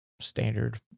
standard